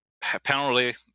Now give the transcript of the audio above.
penalty